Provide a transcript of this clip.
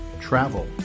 travel